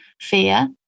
fear